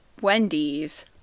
Wendy's